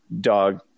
dog